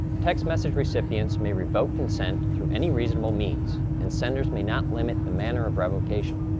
text message recipients may revoke consent through any reasonable means and senders may not limit the manner of revocation.